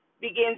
begins